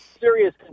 serious